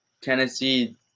Tennessee